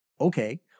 Okay